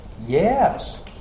Yes